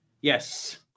Yes